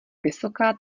vysoká